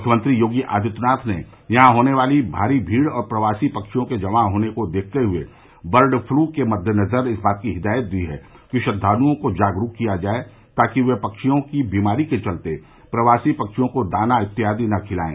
मुख्यमंत्री योगी आदित्यनाथ ने यहां होने वाली भारी भीड़ और प्रवासी पक्षियों के जमा होने को देखते हुए बर्ड पलू के मद्देनजर इस बात की हिदायत दी है कि श्रद्वालुओं को जागरूक किया जाए कि ये पक्षियों की बीमारी के चलते प्रवासी पक्षियों को दाना इत्यादि न खिलाएं